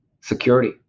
security